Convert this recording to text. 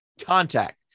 contact